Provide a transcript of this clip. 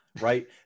right